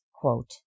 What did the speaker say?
quote